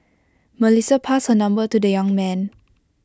Melissa passed her number to the young man